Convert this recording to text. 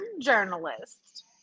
journalist